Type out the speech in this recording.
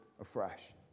afresh